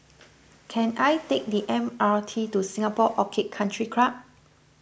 can I take the M R T to Singapore Orchid Country Club